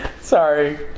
sorry